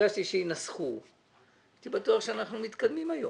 ביקשתי שינסחו והייתי בטוח שאנחנו מתקדמים היום.